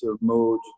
mode